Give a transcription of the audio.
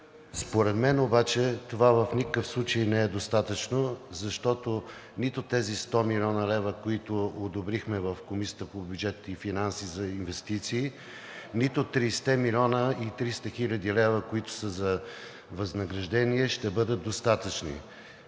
Според мен обаче това в никакъв случай не е достатъчно, защото нито тези 100 млн. лв., които одобрихме в Комисията по бюджет и финанси за инвестиции, нито 30 млн. и 300 хил. лв., които са за възнаграждения, ще бъдат достатъчни.